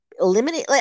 eliminate